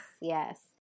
yes